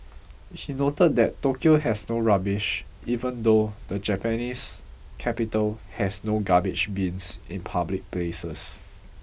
he noted that Tokyo has no rubbish even though the Japanese capital has no garbage bins in public places